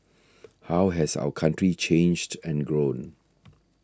how has our country changed and grown